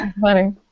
funny